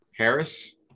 Harris